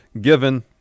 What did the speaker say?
given